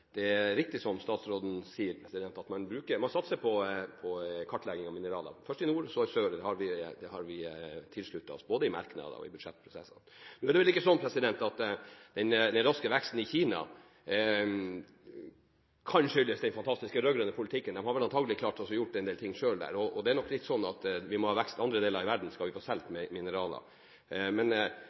man satser på kartlegging av mineraler – først i nord og så i sør. Det har vi tilsluttet oss både i merknadene og i budsjettprosessen. Det er vel ikke sånn at den raske veksten i Kina kan skyldes den fantastiske rød-grønne politikken. De hadde vel antakeligvis klart å gjøre en del selv. Det er nok sånn at vi må ha vekst i andre deler av verden skal vi få solgt mineraler – men